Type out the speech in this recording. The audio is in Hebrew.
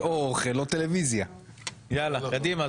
זו בדיוק